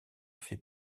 fait